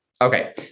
Okay